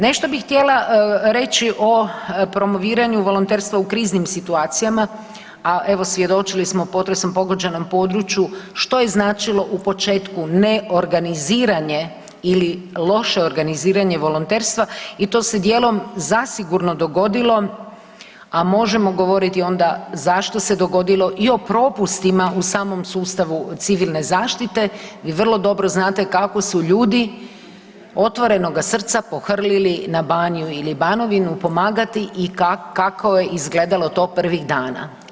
Nešto bi htjela reći o promoviranju volonterstva u kriznim situacijama, a evo, svjedočili smo, u potresom pogođenom području, što je značilo u početku neorganiziranje ili loše organiziranje volonterstva i to se dijelom zasigurno dogodilo, a možemo govoriti onda zašto se dogodilo i o propustima u samom sustavu civilne zaštite i vrlo dobro znate kako su ljudi otvorenoga srca pohrlili na Baniju ili Banovinu pomagati i kako je izgledalo to prvih dana.